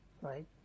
right